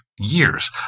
years